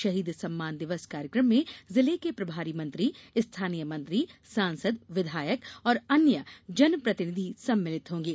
शहीद सम्मान दिवस कार्यक्रम में जिले के प्रभारी मंत्री स्थानीय मंत्री सांसद विधायक और अन्य जन प्रतिनिधि सम्मिलित होंगे